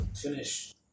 finish